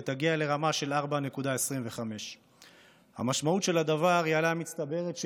ותגיע לרמה של 4.25%. המשמעות של הדבר היא העלאה מצטברת,